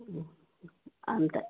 अन्त